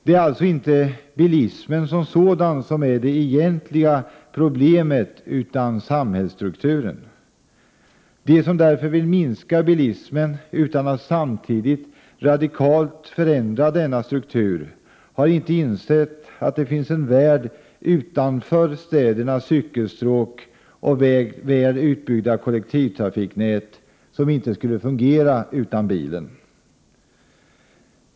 Det är alltså inte bilismen som sådan som är det egentliga problemet utan samhällsstrukturen. De som därför vill minska bilismen utan att samtidigt radikalt förändra denna struktur har inte insett att det finns en värld utanför städernas cykelstråk och väl utbyggda kollektivtrafiknät som inte skulle fungera utan bilen.